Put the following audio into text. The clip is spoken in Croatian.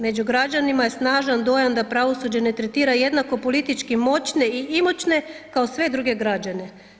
Među građanima je snažan dojam da pravosuđe ne tretira jednako politički moćne i imućne kao sve druge građane.